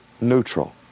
neutral